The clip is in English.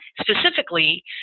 specifically